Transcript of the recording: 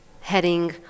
heading